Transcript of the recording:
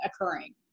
occurring